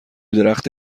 درخت